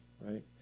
right